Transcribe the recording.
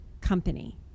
company